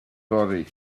fory